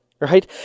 Right